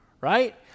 right